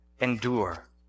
endure